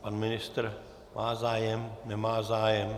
Pan ministr má zájem, nemá zájem?